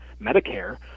Medicare